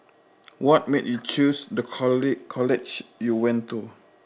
what make you choose the college college you went to